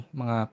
mga